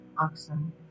oxen